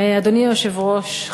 אדוני היושב-ראש,